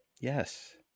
Yes